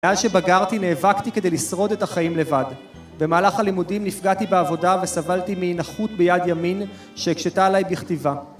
מאז שבגרתי נאבקתי כדי לשרוד את החיים לבד. במהלך הלימודים נפגעתי בעבודה וסבלתי מנכות ביד ימין, שהקשתה עליי בכתיבה